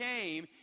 came